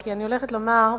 כי אני הולכת לומר,